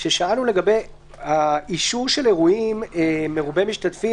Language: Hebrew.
שאלנו לגבי אישור של אירועים מרובי משתתפים,